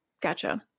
Gotcha